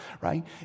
right